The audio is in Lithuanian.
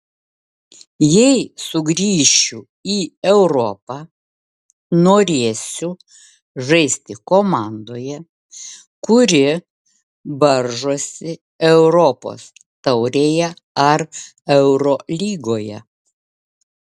jei sugrįšiu į europą norėsiu žaisti komandoje kuri varžosi europos taurėje ar eurolygoje